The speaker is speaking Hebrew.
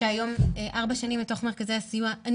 שהיום ארבע שנים בתוך מרכזי הסיוע אני